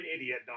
idiot